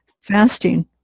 Fasting